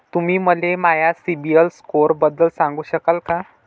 तुम्ही मले माया सीबील स्कोअरबद्दल सांगू शकाल का?